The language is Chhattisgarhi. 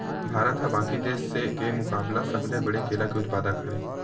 भारत हा बाकि देस के मुकाबला सबले बड़े केला के उत्पादक हरे